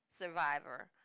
survivor